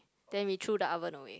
then we threw the oven away